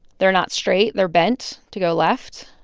they're not straight. they're bent to go left,